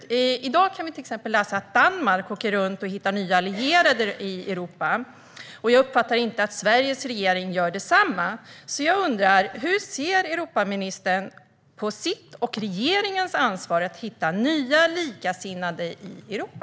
I dag kan vi exempelvis läsa att Danmark åker runt för att hitta nya allierade i Europa. Jag uppfattar inte att Sveriges regering gör detsamma. Jag undrar hur Europaministern ser på sitt och regeringens ansvar att hitta nya likasinnade i Europa.